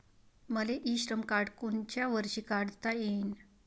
मले e Shram card कोनच्या वर्षी काढता येईन?